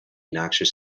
noxious